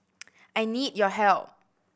I need your help